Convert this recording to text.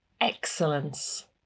excellence